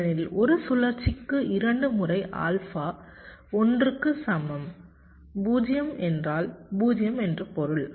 ஏனெனில் ஒரு சுழற்சிக்கு 2 முறை ஆல்பா 1 க்கு சமம் 0 என்றால் 0 என்று பொருள்